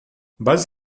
buzz